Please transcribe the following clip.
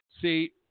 see